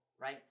right